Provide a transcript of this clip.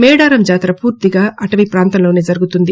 మేడారం జాతర పూర్తిగా అటవీ ప్రాంతంలోనే జరుగుతుంది